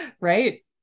Right